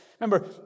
remember